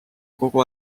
kogu